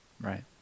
Right